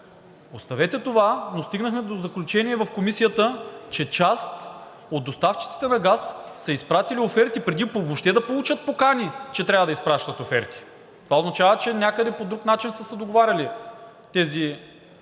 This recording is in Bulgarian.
Оставете това, но стигнахме до заключение в Комисията, че част от доставчиците на газ са изпратили оферти, преди въобще да получат покани, че трябва да изпращат оферти. Това означава, че някъде по друг начин са се договаряли тези